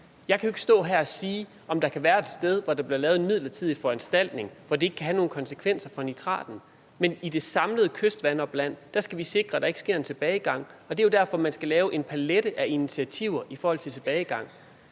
Jeg kan ikke stå her og sige, om der kunne være et sted, hvor der blev lavet en midlertidig foranstaltning, hvor det ikke ville have nogen konsekvenser for nitraten. Men i det samlede kystvandopland skal vi sikre at der ikke sker en tilbagegang, og det er derfor, at man skal have en palet af initiativer mod tilbagegang.